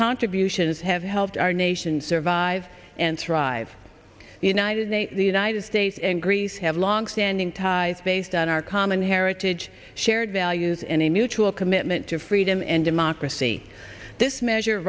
contributions have helped our nation survive and thrive the united states the united states and greece have longstanding ties based on our common heritage shared values and a mutual commitment to freedom and democracy this measure